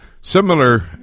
Similar